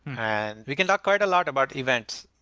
and we can talk quite a lot about events.